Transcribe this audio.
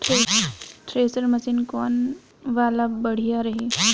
Thresher machine कौन वाला बढ़िया रही?